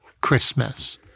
Christmas